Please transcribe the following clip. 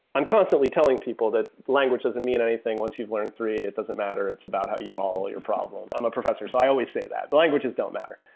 i'm constantly telling people that language doesn't mean anything. once you've learned three, it doesn't matter. it's about how you model your problems. i'm a professor, so i always say that. languages don't matter.